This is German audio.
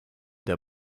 der